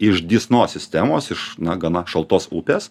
iš dysnos sistemos iš na gana šaltos upės